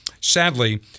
sadly